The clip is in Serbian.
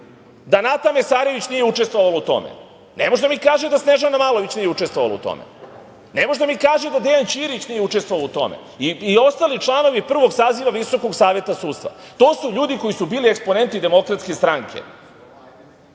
da Nata Mesarović nije učestvovala u tome, ne može da mi kaže da Snežana Malović nije učestvovala u tome, ne može da mi kaže da Dejan Ćirić nije učestvovao u tome i ostali članovi prvog saziva Visokog saveta sudstva. To su ljudi koji su bili eksponenti DS. Nemojte da